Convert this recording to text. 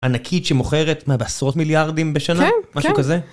ענקית שמוכרת מה, בעשרות מיליארדים בשנה, משהו כזה?